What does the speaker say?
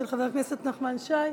של חבר הכנסת נחמן שי.